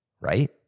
right